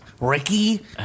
Ricky